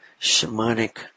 shamanic